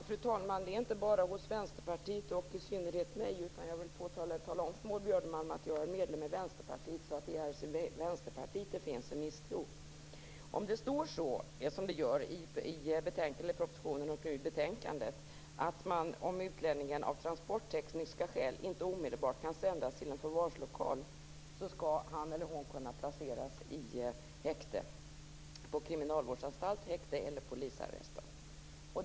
Fru talman! Det är inte bara hos Vänsterpartiet och i synnerhet hos mig som det finns en sådan misstro, utan jag vill tala om för Maud Björnemalm att jag är medlem i Vänsterpartiet, så det är alltså i Vänsterpartiet som det finns en misstro. Det står i propositionen och i betänkandet att utlänningen, om han eller hon av transporttekniska skäl inte omedelbart kan sändas till en förvarslokal, skall kunna placeras på kriminalvårdsanstalt, i häkte eller i polisarrest.